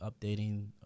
updating